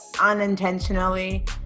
unintentionally